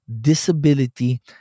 disability